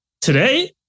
Today